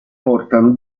portano